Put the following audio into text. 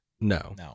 no